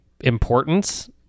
importance